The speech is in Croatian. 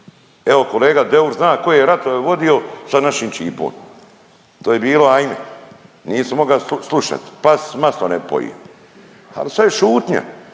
Evo kolega Deur zna koje je rasprave vodio sa našim Ćipom. To je bilo aime, nisi moga slušat, pas s maslom ne bi pojio. Al sve šutnja,